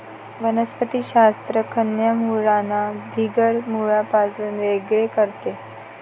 वनस्पति शास्त्र खऱ्या मुळांना बिगर मुळांपासून वेगळे करते